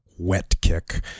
Wetkick